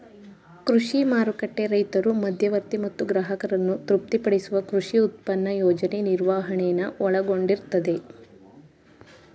ಕೃಷಿ ಮಾರುಕಟ್ಟೆ ರೈತರು ಮಧ್ಯವರ್ತಿ ಮತ್ತು ಗ್ರಾಹಕರನ್ನು ತೃಪ್ತಿಪಡಿಸುವ ಕೃಷಿ ಉತ್ಪನ್ನ ಯೋಜನೆ ನಿರ್ವಹಣೆನ ಒಳಗೊಂಡಿರ್ತದೆ